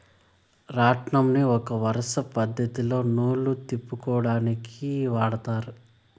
రాట్నంని ఒక వరుస పద్ధతిలో నూలు తిప్పుకొనేకి వాడతారు